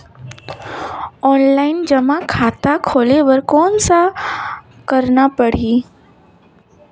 Offline जमा खाता खोले बर कौन करना पड़ही?